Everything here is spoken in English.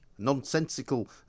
nonsensical